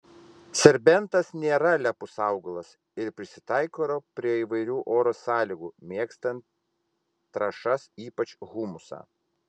serbentas nėra lepus augalas ir prisitaiko prie įvairių oro sąlygų mėgsta trąšas ypač humusą